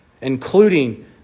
including